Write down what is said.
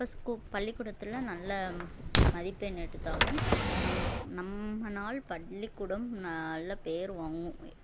இப்போ ஸ்கூ பள்ளிக்கூடத்தில் நல்ல மதிப்பெண் எடுத்தாலும் நாங்கள் நம்மளால் பள்ளிக்கூடம் நல்ல பேர் வாங்கும்